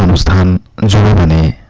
um stan germany,